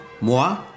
Moi